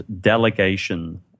delegation